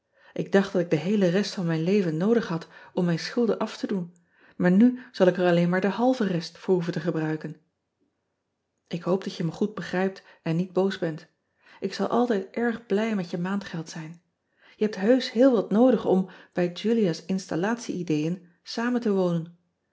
k dacht dat ik de heele rest van mijn leven noodig had om mijn ean ebster adertje angbeen shulden af te doen maar nu zal ik er alleen maar de halve rest voor hoeven te gebruiken k hoop dat je me goed begrijpt en niet boos bent k zal altijd erg blij met je maandgeld zijn e hebt heusch heel wat noodig om bij ulia s installatie ideeën samen te wonen